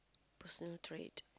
personal trait